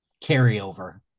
carryover